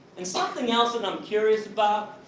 and something else that i'm curious about,